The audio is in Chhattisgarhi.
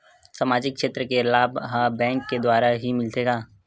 सामाजिक क्षेत्र के लाभ हा बैंक के द्वारा ही मिलथे का?